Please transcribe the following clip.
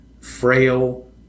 frail